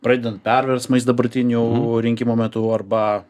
pradedant perversmais dabartinių rinkimų metu arba